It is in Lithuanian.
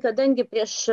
kadangi prieš